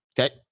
Okay